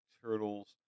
Turtles